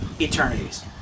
eternities